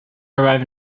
arrive